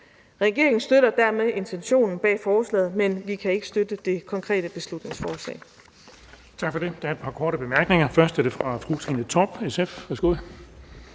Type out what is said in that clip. Regeringen støtter dermed intentionen bag forslaget, men vi kan ikke støtte det konkrete beslutningsforslag.